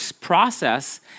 process